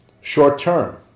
short-term